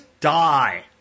die